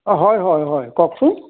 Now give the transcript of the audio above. অঁ হয় হয় হয় কওকচোন